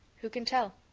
who can tell?